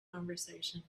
conversation